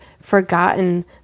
forgotten